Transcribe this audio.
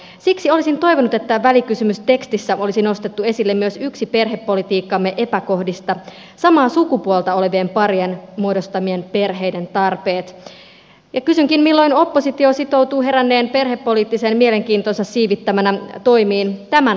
siksi olisin toivonut että välikysymystekstissä olisi nostettu esille myös yksi perhepolitiikkamme epäkohdista samaa sukupuolta olevien parien muodostamien perheiden tarpeet ja kysynkin milloin oppositio sitoutuu heränneen perhepoliittisen mielenkiintonsa siivittämänä toimiin tämän aiheen puolesta